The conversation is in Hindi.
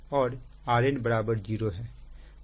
और Rn 0 है